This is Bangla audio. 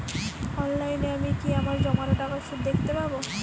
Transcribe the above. অনলাইনে আমি কি আমার জমানো টাকার সুদ দেখতে পবো?